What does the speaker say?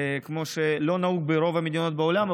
כמו שלא נהוג ברוב המדינות בעולם,